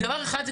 דבר אחד,